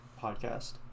podcast